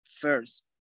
first